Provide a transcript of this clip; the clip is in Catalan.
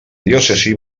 diòcesi